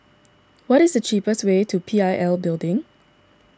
what is the cheapest way to P I L Building